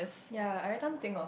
ya everytime think of